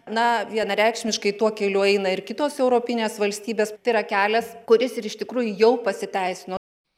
na vienareikšmiškai tuo keliu eina ir kitos europinės valstybės tai yra kelias kuris ir iš tikrųjų jau pasiteisino